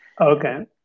Okay